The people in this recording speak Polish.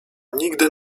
nigdy